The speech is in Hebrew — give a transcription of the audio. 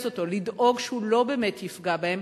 לדאוג שהוא לא באמת יפגע בהם,